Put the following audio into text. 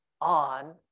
on